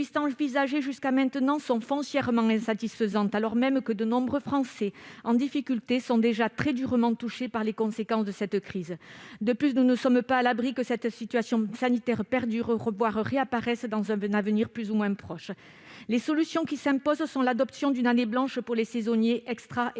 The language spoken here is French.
Les pistes envisagées jusqu'à maintenant sont foncièrement insatisfaisantes, alors même que de nombreux Français en difficulté sont déjà très durement touchés par les conséquences de cette crise. De plus, nous ne sommes pas à l'abri que cette situation sanitaire perdure, voire réapparaisse dans un avenir plus ou moins proche. Les solutions qui s'imposent sont l'adoption d'une année blanche pour les saisonniers, extras